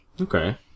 Okay